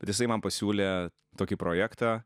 ir jisai man pasiūlė tokį projektą